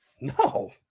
No